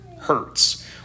hurts